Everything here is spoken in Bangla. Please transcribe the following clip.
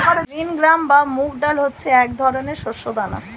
গ্রিন গ্রাম বা মুগ ডাল হচ্ছে এক ধরনের শস্য দানা